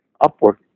upward